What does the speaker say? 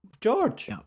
George